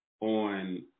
on